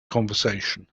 conversation